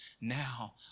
Now